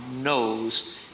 knows